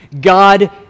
God